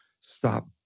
Stop